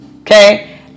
Okay